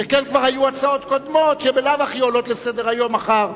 שכן היו כבר היו הצעות קודמות שבלאו הכי עולות לסדר-היום מחר,